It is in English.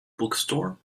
bookstore